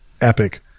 epic